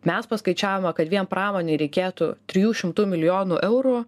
mes paskaičiavome kad vien pramonei reikėtų trijų šimtų milijonų eurų